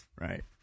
right